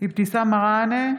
אבתיסאם מראענה,